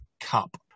cup